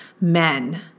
men